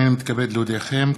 הנני מתכבד להודיעכם,